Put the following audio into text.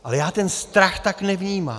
Ale já ten strach tak nevnímám.